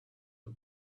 the